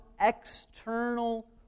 external